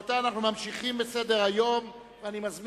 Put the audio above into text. אני קובע שהצעת חוק לשכת עורכי-הדין (תיקון מס'